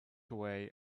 away